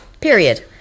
period